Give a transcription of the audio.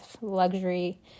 Luxury